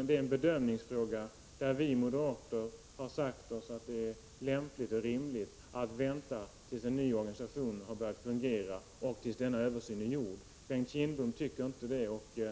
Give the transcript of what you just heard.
Det gäller en bedömningsfråga, där vi moderater har uttalat att det är lämpligt och rimligt att vänta tills den nya organisationen har börjat fungera och tills översynen är gjord. Den uppfattningen har inte Bengt Kindbom, och vi